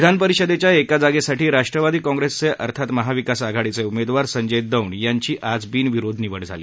विधान परिषदेच्या एका जागेसाठी राष्ट्रवादी काँग्रेसचे अर्थात महाविकास आघाडीचे उमेदवार संजय दौंड यांची आज बिनविरोध निवड झाली